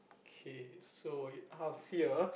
okay so uh how's here